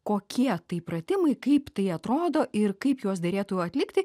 kokie tai pratimai kaip tai atrodo ir kaip juos derėtų atlikti